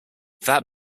that